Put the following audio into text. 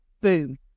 Boom